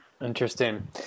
Interesting